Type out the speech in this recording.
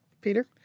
Peter